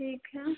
ठीक है